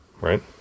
right